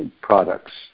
products